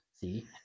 See